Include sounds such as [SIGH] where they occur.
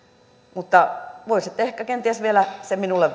mutta voisitte ehkä kenties vielä sen minulle [UNINTELLIGIBLE]